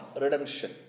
redemption